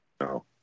no